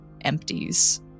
empties